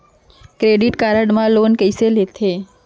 Credit card मा loan कइसे लेथे?